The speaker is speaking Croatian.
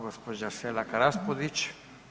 Gđa. Selak Raspudić.